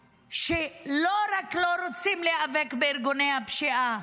שלא רק שלא רוצים להיאבק בארגוני הפשיעה,